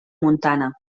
montana